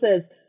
says